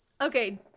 Okay